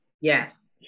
Yes